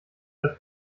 dass